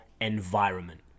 environment